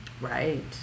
Right